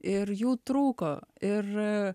ir jų trūko ir